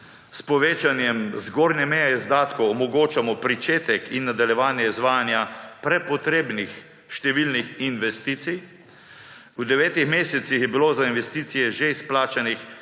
S povečanjem zgornje meje izdatkov omogočamo pričetek in nadaljevanje izvajanja prepotrebnih številnih investicij. V devetih mesecih je bilo za investicije že izplačanih